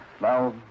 Now